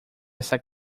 essa